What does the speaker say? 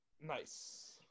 Nice